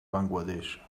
bangladesh